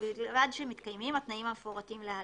ובלבד שמתקיימים התנאים המפורטים להלן,